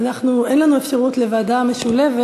אין לנו אפשרות לוועדה משולבת.